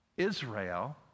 Israel